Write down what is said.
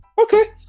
okay